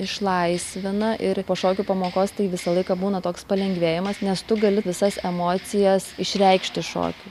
išlaisvina ir po šokių pamokos tai visą laiką būna toks palengvėjimas nes tu gali visas emocijas išreikšti šokiu